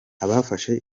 abafashe